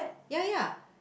ya ya